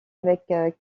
avec